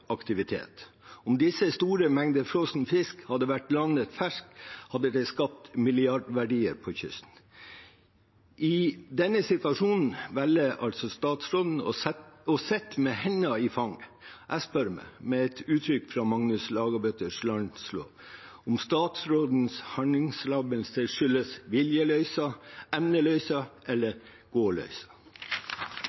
aktivitet. Om disse store mengdene frossen fisk hadde vært landet fersk, hadde det skapt milliardverdier på kysten. I denne situasjonen velger altså statsråden å sitte med hendene i fanget. Jeg spør meg selv, med et uttrykk fra Magnus Lagabøtes landslov, om statsrådens handlingslammelse skyldes